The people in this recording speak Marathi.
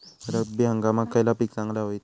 रब्बी हंगामाक खयला पीक चांगला होईत?